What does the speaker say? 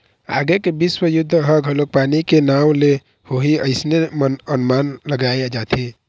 आगे के बिस्व युद्ध ह घलोक पानी के नांव ले होही अइसने अनमान लगाय जाथे